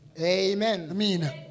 Amen